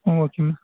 okay ma'am